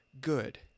good